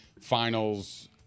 finals